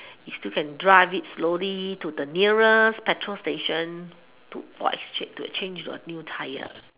you still can drive it slowly to the nearest petrol station to for exchange to change your new tyre